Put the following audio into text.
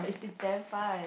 it's damn fun